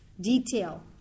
detail